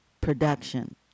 production